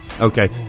okay